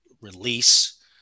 release